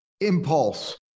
impulse